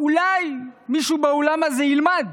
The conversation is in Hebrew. אולי מישהו באולם הזה ילמד